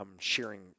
sharing